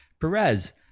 Perez